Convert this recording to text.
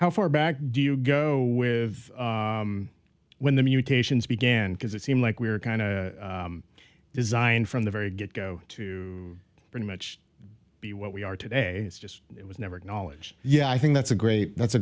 how far back do you go with when the mutations began because it seemed like we were kind of designed from the very get go to pretty much be what we are today is just it was never acknowledge yeah i think that's a great that's a